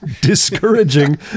discouraging